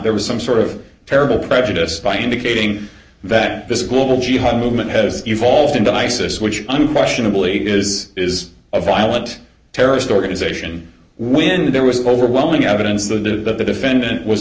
there was some sort of terrible prejudice by indicating that this global jihad movement has evolved into isis which unquestionably is is a violent terrorist organization when there was overwhelming evidence that the defendant was